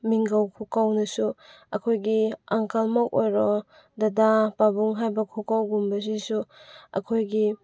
ꯃꯤꯡꯒꯧ ꯈꯨꯀꯧꯅꯁꯨ ꯑꯩꯈꯣꯏꯒꯤ ꯑꯪꯀꯜꯃꯛ ꯑꯣꯏꯔꯣ ꯗꯗꯥ ꯄꯥꯕꯨꯡ ꯍꯥꯏꯕ ꯈꯨꯀꯧꯒꯨꯝꯕꯁꯤꯁꯨ ꯑꯩꯈꯣꯏꯒꯤ